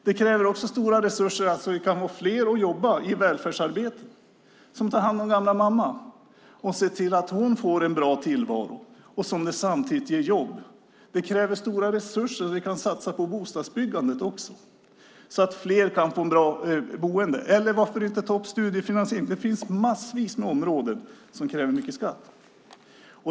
Det kräver också stora resurser att få fler att jobba i välfärdsarbetet och ta hand om gamla mamma och se till att hon får en bra tillvaro. Det ger samtidigt jobb. Det kräver stora resurser att satsa på bostadsbyggandet så att fler kan få ett bra boende. Eller varför inte ta upp studiefinansiering? Det finns massvis med områden som kräver mycket skatt.